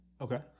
Okay